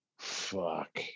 Fuck